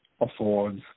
affords